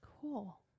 cool